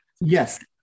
Yes